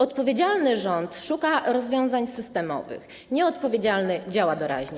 Odpowiedzialny rząd szuka rozwiązań systemowych, a nieodpowiedzialny działa doraźnie.